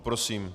Prosím.